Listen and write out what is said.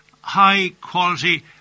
high-quality